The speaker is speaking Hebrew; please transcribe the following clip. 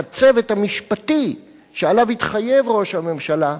הצוות המשפטי שעליו התחייב ראש הממשלה,